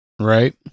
Right